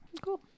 Cool